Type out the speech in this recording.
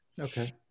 Okay